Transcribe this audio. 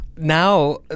Now